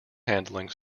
handling